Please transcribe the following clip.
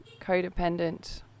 codependent